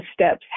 steps